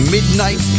Midnight